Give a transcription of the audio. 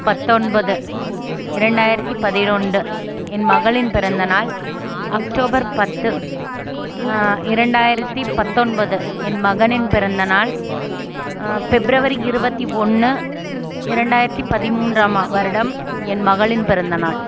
பத்தொன்பது இரண்டாயரத்தி பதினொன்று என் மகளின் பிறந்தநாள் அக்டோபர் பத்து இரண்டாயிரத்தி பத்தொன்பது என் மகனின் பிறந்தநாள் பிப்ரவரி இருபத்தி ஒன்று இரண்டாயிரத்தி பதிமூன்றாம் வருடம் என் மகளின் பிறந்தநாள்